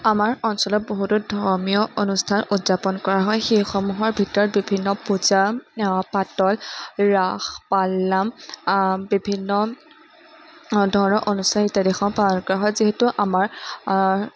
আমাৰ অঞ্চলত বহুতো ধৰ্মীয় অনুষ্ঠান উদযাপন কৰা হয় সেইসমূহৰ ভিতৰত বিভিন্ন পূজা পাতল ৰাস পাল নাম বিভিন্ন ধৰণৰ অনুষ্ঠান ইত্যাদিসমূহ পালন কৰা হয় যিহেতু আমাৰ